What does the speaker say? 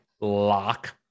lock